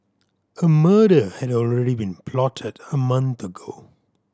a murder had already been plotted a month ago